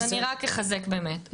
אז אני רק אחזק באמת,